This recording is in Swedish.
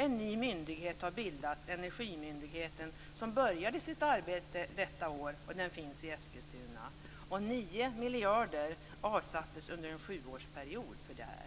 En ny myndighet har bildats, Energimyndigheten. Den började sitt arbete detta år och finns i Eskilstuna. 9 miljarder kronor avsattes under en sjuårsperiod för detta.